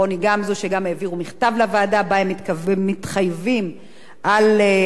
שגם העבירו מכתב לוועדה שבו הם מתחייבים על התקצוב